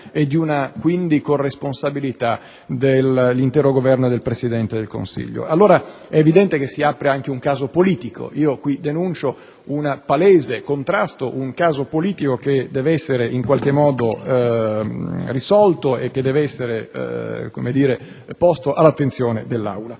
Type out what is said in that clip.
di una corresponsabilità dell'intero Governo e del Presidente del Consiglio. Allora è evidente che si apre anche un caso politico: qui denuncio un palese contrasto, un caso politico che deve essere in qualche modo risolto e posto all'attenzione dell'Assemblea.